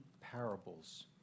parables